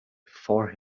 before